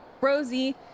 Rosie